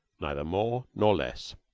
neither more nor less.